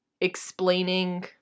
explaining